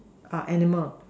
are animal